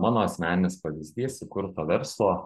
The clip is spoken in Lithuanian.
mano asmeninis pavyzdys įkurto verslo